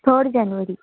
third January